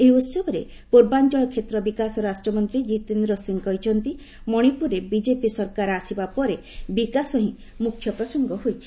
ଏହି ଉତ୍ସବରେ ପୂର୍ବାଞ୍ଚଳ କ୍ଷେତ୍ର ବିକାଶ ରାଷ୍ଟ୍ରମନ୍ତ୍ରୀ ଜିତେନ୍ଦ୍ର ସିଂହ କହିଛନ୍ତି ମଣିପୁରରେ ବିଜେପି ସରକାର ଆସିବା ପରେ ବିକାଶ ହିଁ ମ୍ରଖ୍ୟ ପ୍ରସଙ୍ଗ ହୋଇଛି